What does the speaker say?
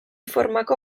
formako